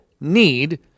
need